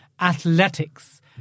athletics